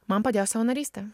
man padėjo savanorystė